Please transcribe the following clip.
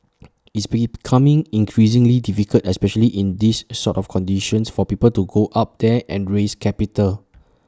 it's becoming increasingly difficult especially in these sort of conditions for people to go up there and raise capital